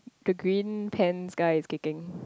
the green pants guy is kicking